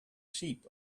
sheep